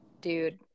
Dude